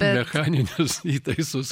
mechaninius įtaisus